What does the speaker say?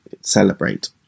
celebrate